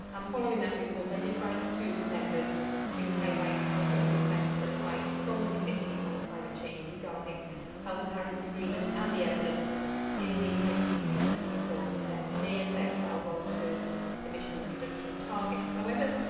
um following that report, i did write to members to highlight our joint request for advice from the committee on climate change regarding how the paris agreement and the evidence in the ipcc report may affect our long-term emissions reduction targets. however,